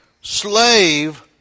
slave